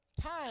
time